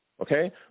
okay